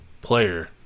player